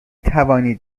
توانید